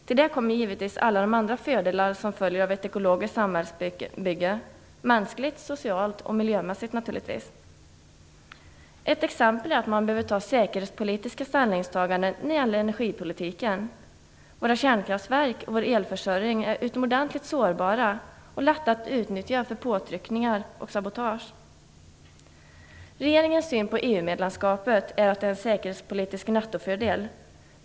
Till detta kommer givetvis alla andra fördelar som följer av ett ekologiskt samhällsbygge - mänskligt, socialt och miljömässigt. Ett exempel på sårbarheten är att man bör ta säkerhetspolitiska ställningstaganden när det gäller energipolitiken. Våra kärnkraftverk och vår elförsörjning är utomordentligt sårbara och lätta att utnyttja för påtryckningar och sabotage. Regeringens syn på EU-medlemskapet är att det innebär en säkerhetspolitisk nettofördel.